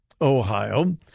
Ohio